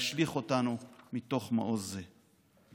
להשליך אותנו מתוך מעוז זה.